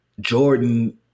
Jordan